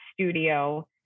studio